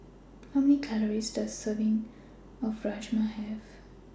How Many Calories Does A Serving of Rajma Have